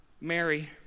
Mary